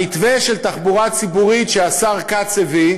המתווה של התחבורה הציבורית שהשר כץ הביא,